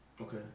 Okay